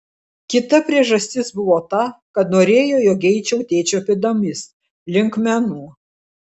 kita priežastis buvo ta kad norėjo jog eičiau tėčio pėdomis link menų